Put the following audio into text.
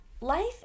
Life